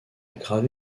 gravé